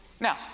Now